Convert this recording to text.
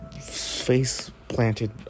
face-planted